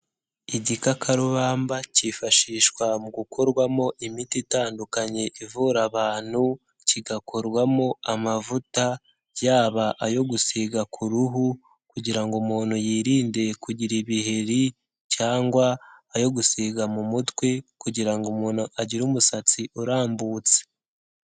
Igikakarubamba kifashishwa mu gukorwamo imiti itandukanye ivura abantu, kigakorwamo amavuta yaba ayo gusiga ku ruhu kugira ngo umuntu yirinde kugira ibiheri, cyangwa ayo gusiga mu mutwe kugira ngo umuntu agire umusatsi urambutse.